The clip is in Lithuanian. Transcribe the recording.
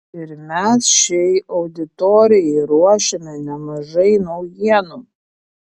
ir mes šiai auditorijai ruošiame nemažai naujienų